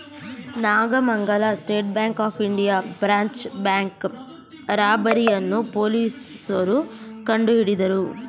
Nagamangala state bank of India branch bank robbery ಅನ್ನೋ ಪೊಲೀಸ್ನೋರು ಕಂಡುಹಿಡಿದರು